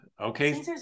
Okay